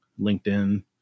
LinkedIn